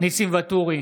ניסים ואטורי,